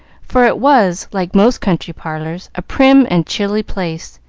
for it was, like most country parlors, a prim and chilly place,